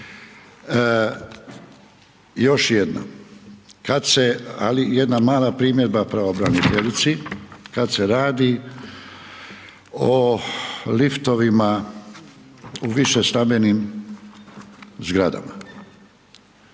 kad se, ali jedna mala primjedba pravobraniteljici, kad se radi o liftovima u višestambenim zgradama.